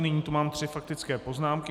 Nyní tu mám tři faktické poznámky.